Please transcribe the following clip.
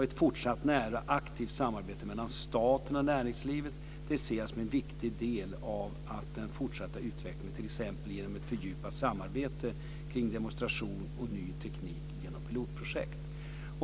Ett fortsatt nära aktivt samarbete mellan staten och näringslivet ser jag som en viktig del i den fortsatta utvecklingen, t.ex. genom ett fördjupat samarbete kring demonstration och ny teknik genom pilotprojekt.